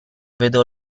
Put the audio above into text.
vedo